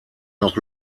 noch